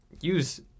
use